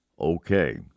okay